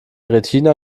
retina